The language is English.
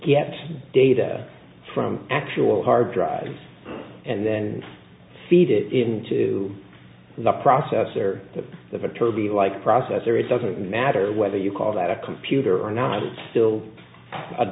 get data from actual hard drive and then feed it into the processor with a toby like processor it doesn't matter whether you call that a computer or not it's still a